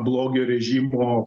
blogio režimo